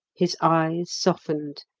his eyes softened,